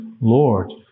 Lord